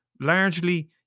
largely